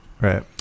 Right